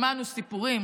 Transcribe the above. שמענו סיפורים,